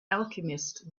alchemist